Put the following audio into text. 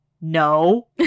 no